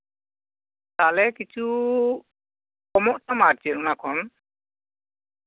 ᱛᱟᱦᱞᱮ ᱠᱤᱪᱷᱩ ᱠᱚᱢᱚᱜ ᱛᱟᱢᱟ ᱟᱨ ᱪᱮᱫ ᱚᱱᱟ ᱠᱷᱚᱱ